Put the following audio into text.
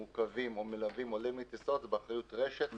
מעוכבים או מלווים עולים לטיסות זה באחריות רש"ת,